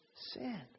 sin